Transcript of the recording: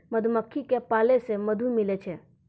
मधुमक्खी क पालै से मधु मिलै छै